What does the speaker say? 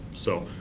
so,